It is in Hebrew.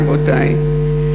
רבותי,